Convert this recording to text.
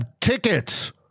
tickets